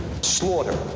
slaughter